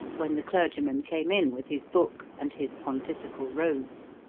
when the clergyman came in with his book and his pontifical robes.